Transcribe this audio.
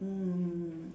mm